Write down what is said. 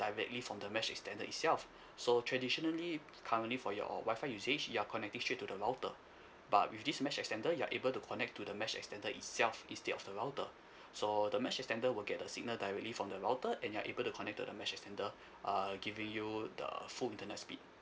directly from the mesh extender itself so traditionally currently for your wi-fi usage you're connecting straight to the router but with this mesh extender you're able to connect to the mesh extender itself instead of the router so the mesh extender will get the signal directly from the router and you're able to connect to the mesh extender uh giving you the full internet speed